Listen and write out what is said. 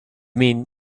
mean